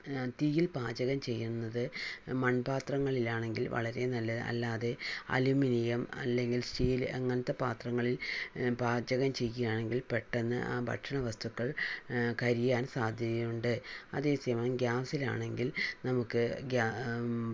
തീയിൽ പാചകം ചെയ്യുന്നത് മൺപാത്രങ്ങളിൽ ആണെങ്കിൽ വളരെ നല്ലത് അല്ലാതെ അലൂമിനിയം അല്ലെങ്കിൽ സ്റ്റീൽ അങ്ങനത്തെ പാത്രങ്ങളിൽ പാചകം ചെയ്യുകയാണെങ്കിൽ പെട്ടെന്ന് ആ ഭക്ഷണ വസ്തുക്കൾ കരിയാൻ സാധ്യതയുണ്ട് അതേസമയം ഗ്യാസിലാണെങ്കിൽ നമുക്ക്